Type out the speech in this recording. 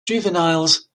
juveniles